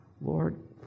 Lord